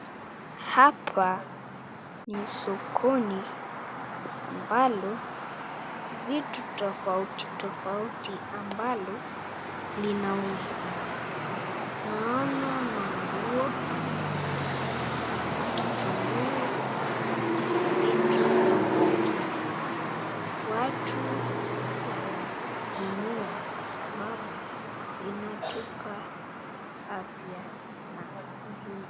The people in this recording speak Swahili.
Hapa ni sokoni ambalo vitu tafauti tafauti ambalo inauzwa naona maguo kitunguu na vitu vingine, watu wananunua Kwa sababu inatupa afya na huzuni.